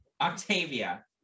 Octavia